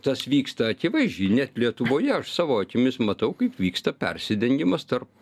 tas vyksta akivaizdžiai net lietuvoje aš savo akimis matau kaip vyksta persidengimas tarp